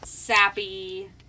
sappy